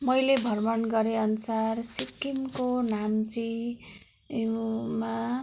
मैले भ्रमण गरे अनुसार सिक्किमको नाम्ची एवम्मा